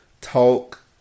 talk